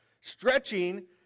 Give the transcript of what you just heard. Stretching